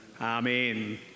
Amen